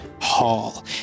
hall